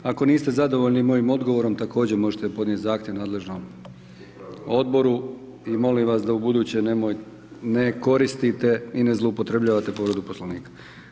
Ako niste zadovoljni mojim odgovorom, također možete podnijeti zahtjev nadležnom odboru i molim vas, da u buduće ne koristite i ne zloupotrjebljavate povredu Poslovnika.